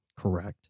correct